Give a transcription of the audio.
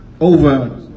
Over